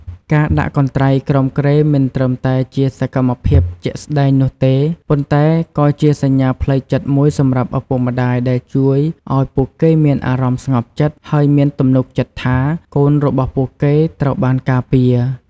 ការដាក់កន្ត្រៃក្រោមគ្រែមិនត្រឹមតែជាសកម្មភាពជាក់ស្តែងនោះទេ ប៉ុន្តែក៏ជាសញ្ញាផ្លូវចិត្តមួយសម្រាប់ឪពុកម្តាយដែលជួយឱ្យពួកគេមានអារម្មណ៍ស្ងប់ចិត្ត ហើយមានទំនុកចិត្តថា កូនរបស់ពួកគេត្រូវបានការពារ។